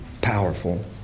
powerful